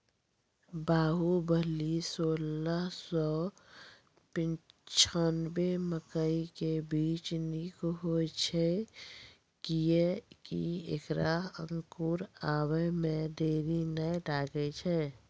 बाहुबली सोलह सौ पिच्छान्यबे मकई के बीज निक होई छै किये की ऐकरा अंकुर आबै मे देरी नैय लागै छै?